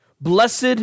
Blessed